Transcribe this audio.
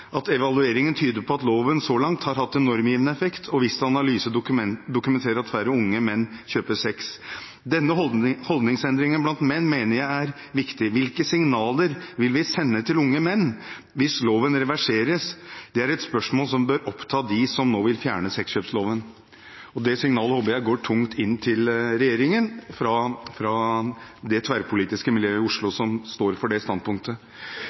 tyder på at loven så langt har hatt en normgivende effekt og Vista Analyse dokumenterer at færre unge menn kjøper sex.» Denne holdningsendringen blant menn mener jeg er viktig. Hvilke signaler vil vi sende til unge menn hvis loven reverseres? Det er et spørsmål som bør oppta dem som nå vil fjerne sexkjøpsloven, og dette signalet håper jeg går tungt inn til regjeringen fra det tverrpolitiske miljøet i Oslo, som står for det standpunktet.